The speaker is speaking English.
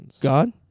God